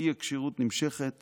האי-כשירות נמשכת